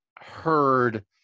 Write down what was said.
heard